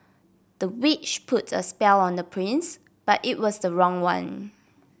the witch put a spell on the prince but it was the wrong one